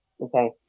okay